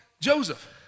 Joseph